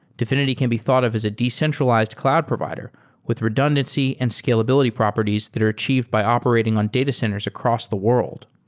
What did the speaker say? dfinity can be thought of as a decentralized cloud provider with redundancy and scalability properties that are achieved by operating on data centers across the world.